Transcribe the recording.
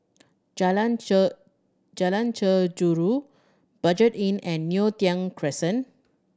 Jalan Jalan Jeruju Budget Inn and Neo Tiew Crescent